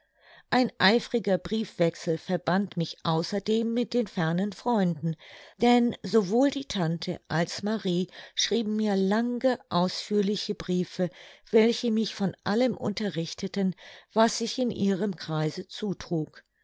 ein eifriger briefwechsel verband mich außerdem mit den fernen freunden denn sowohl die tante als marie schrieben mir lange ausführliche briefe welche mich von allem unterrichteten was sich in ihrem kreise zutrug